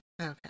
Okay